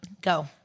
Go